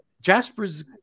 Jasper's